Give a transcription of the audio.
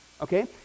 okay